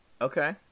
Okay